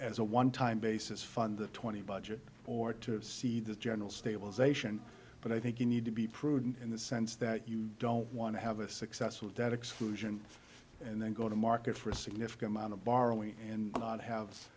as a one time basis fund the twenty budget or to see the general stabilization but i think you need to be prudent in the sense that you don't want to have a successful debt exclusion and then go to market for a significant amount of borrowing and not have